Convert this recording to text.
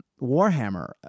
Warhammer